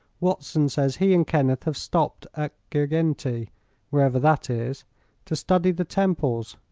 watson says he and kenneth have stopped at girgenti wherever that is to study the temples.